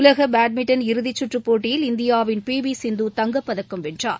உலகபேட்மிண்டன் இறுதிச்சுற்றுபோட்டியில் இந்தியாவின் பிவிசிந்து தங்கப்பதக்கம் வென்றார்